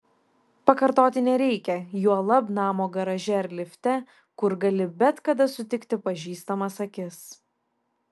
pakartoti nereikia juolab namo garaže ar lifte kur gali bet kada sutikti pažįstamas akis